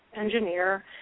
engineer